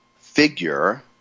figure